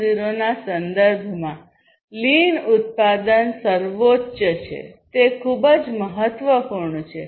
0 ના સંદર્ભમાં લીન ઉત્પાદન સર્વોચ્ચ છે તે ખૂબ જ મહત્વપૂર્ણ છે